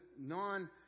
non